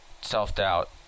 self-doubt